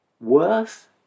worth